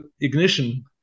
ignition